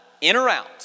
in-or-out